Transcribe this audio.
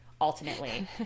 ultimately